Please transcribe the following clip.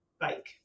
bike